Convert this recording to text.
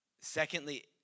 Secondly